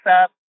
up